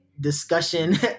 discussion